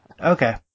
Okay